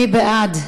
מי בעד?